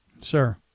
Sir